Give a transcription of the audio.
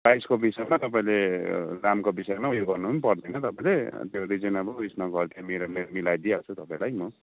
प्राइजको विषयमा तपाईँले दामको विषयमा उयो गर्नु पनि पर्दैन तपाईँले त्यो रिजनेबल उयोसमा गरिदि मिलाइदिहाल्छु तपाईँलाई म